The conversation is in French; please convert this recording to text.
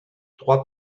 trois